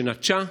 שנטשה,